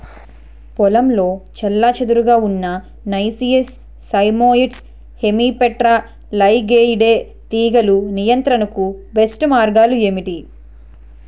పొలంలో చెల్లాచెదురుగా ఉన్న నైసియస్ సైమోయిడ్స్ హెమిప్టెరా లైగేయిడే తెగులు నియంత్రణకు బెస్ట్ మార్గాలు ఏమిటి?